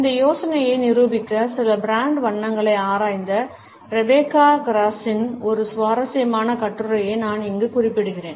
இந்த யோசனையை நிரூபிக்க சில பிராண்ட் வண்ணங்களை ஆராய்ந்த ரெபேக்கா கிராஸின் ஒரு சுவாரஸ்யமான கட்டுரையை நான் இங்கு குறிப்பிடுவேன்